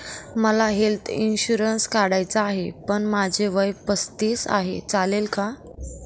मला health insurance काढायचा आहे पण माझे वय पस्तीस आहे, चालेल का?